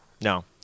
No